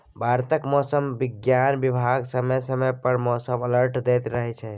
भारतक मौसम बिज्ञान बिभाग समय समय पर मौसम अलर्ट दैत रहै छै